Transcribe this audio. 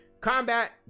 combat